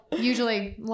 usually